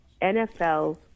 NFL